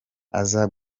aza